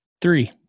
three